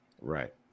Right